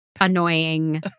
annoying